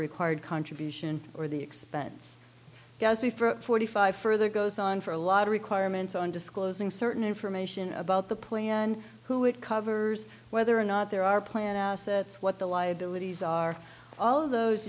required contribution or the expense be for forty five further goes on for a lot of requirements on disclosing certain information about the plan who it covers whether or not there are plans assets what the liabilities are all of those